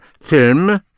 Film